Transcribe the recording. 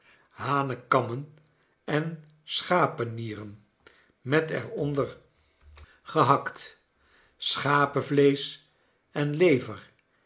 gegeten hanekammen en schapenieren met er onder gehakt schapevleesch en lever